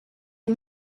est